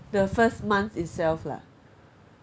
the first month itself lah